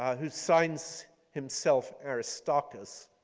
who signs himself aristarchus.